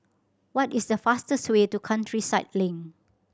what is the fastest way to Countryside Link